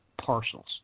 parcels